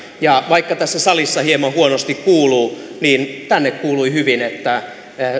ja vaikka tässä salissa hieman huonosti kuuluu niin tänne kuului hyvin että